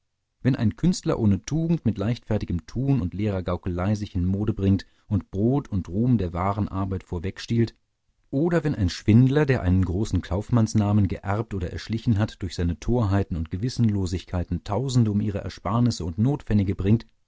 wenn ein künstler ohne tugend mit leichtfertigem tun und leerer gaukelei sich in mode bringt und brot und ruhm der wahren arbeit vorwegstiehlt oder wenn ein schwindler der einen großen kaufmannsnamen geerbt oder erschlichen hat durch seine torheiten und gewissenlosigkeiten tausende um ihre ersparnisse und notpfennige bringt